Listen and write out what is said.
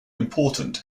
important